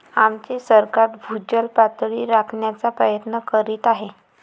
आमचे सरकार भूजल पातळी राखण्याचा प्रयत्न करीत आहे